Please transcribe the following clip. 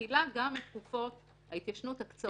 היא מכילה גם את תקופות ההתיישנות הקצרות.